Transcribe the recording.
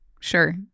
Sure